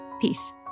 Peace